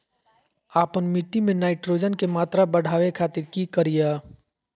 आपन मिट्टी में नाइट्रोजन के मात्रा बढ़ावे खातिर की करिय?